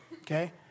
okay